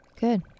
Good